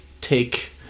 take